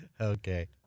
Okay